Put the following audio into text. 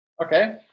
Okay